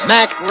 Mac